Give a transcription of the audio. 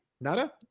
Nada